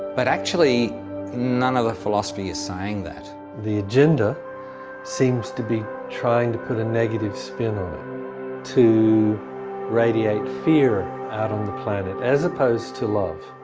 but actually none of the philosophy is saying that. the agenda seems to be trying to put a negative spin on it to radiate fear out on the planet as oppose to love.